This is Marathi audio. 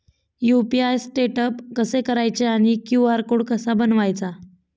यु.पी.आय सेटअप कसे करायचे आणि क्यू.आर कोड कसा बनवायचा?